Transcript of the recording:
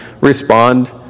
respond